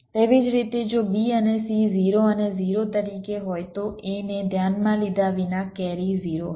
તેવી જ રીતે જો b અને c 0 અને 0 તરીકે હોય તો a ને ધ્યાનમાં લીધા વિના કેરી 0 હશે